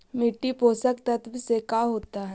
मिट्टी पोषक तत्त्व से का होता है?